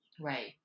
right